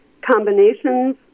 combinations